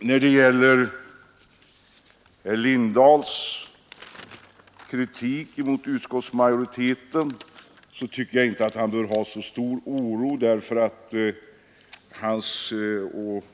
När det gäller herr Lindahls kritik mot utskottsmajoriteten tycker jag inte att han behöver hysa så stor oro därför att hans och